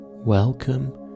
Welcome